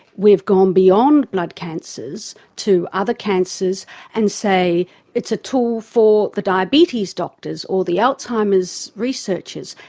we've gone beyond blood cancers to other cancers and say it's a tool for the diabetes doctors or the alzheimer's researchers,